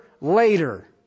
later